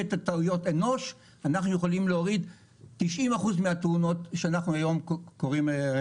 טעויות אנוש אנחנו יכולים להוריד 90% מהתאונות שמתרחשות היום.